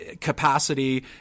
Capacity